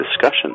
discussion